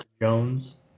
jones